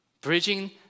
bridging